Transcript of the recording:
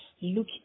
look